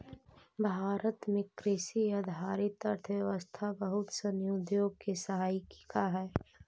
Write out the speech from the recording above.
भारत में कृषि आधारित अर्थव्यवस्था बहुत सनी उद्योग के सहायिका हइ